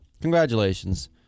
Congratulations